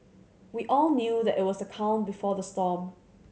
we all knew that it was a calm before the storm